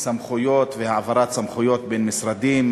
סמכויות והעברת סמכויות בין משרדים,